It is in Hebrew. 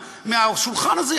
מהשולחן הזה,